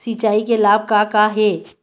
सिचाई के लाभ का का हे?